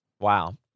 Wow